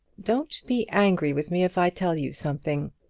don't be angry with me if i tell you something.